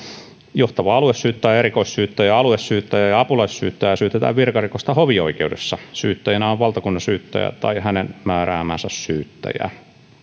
johtavaa aluesyyttäjää erikoissyyttäjää aluesyyttäjää ja apulaissyyttäjää syytetään virkarikoksesta hovioikeudessa syyttäjänä on valtakunnansyyttäjä tai hänen määräämänsä syyttäjä